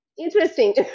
interesting